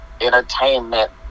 Entertainment